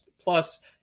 plus